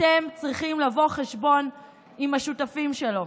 אתם צריכים לבוא חשבון עם השותפים שלו.